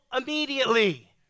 immediately